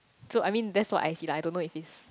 so I mean that's what I see lah I don't know if it's